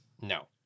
No